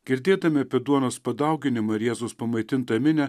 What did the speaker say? girdėdami apie duonos padauginimą ir jėzaus pamaitintą minią